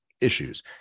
issues